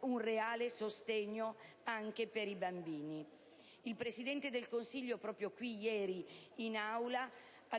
un reale sostegno anche per i bambini. Il Presidente del Consiglio, proprio ieri qui in Aula, ha